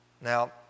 Now